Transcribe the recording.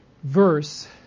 Verse